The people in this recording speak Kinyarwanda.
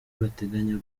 bateganya